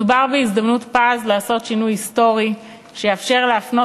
מדובר בהזדמנות פז לעשות שינוי היסטורי שיאפשר להפנות